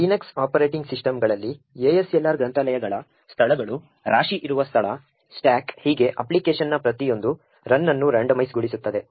Linux operating ಸಿಸ್ಟಂಗಳಲ್ಲಿ ASLR ಗ್ರಂಥಾಲಯಗಳ ಸ್ಥಳಗಳು ರಾಶಿ ಇರುವ ಸ್ಥಳ ಸ್ಟಾಕ್ ಹೀಗೆ ಅಪ್ಲಿಕೇಶನ್ನ ಪ್ರತಿಯೊಂದು ರನ್ ಅನ್ನು ರಂಡೋಮೈಸ್ ಗೊಳಿಸುತ್ತದೆ